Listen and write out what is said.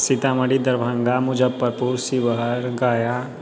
Sitamarhi Darbhanga Muzaffarpur Sheohar Gaya